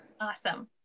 Awesome